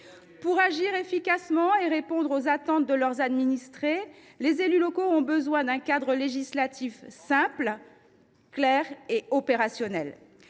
Pour agir efficacement et répondre aux attentes de leurs administrés, les élus locaux ont besoin d’un cadre législatif simple, clair et opérationnel.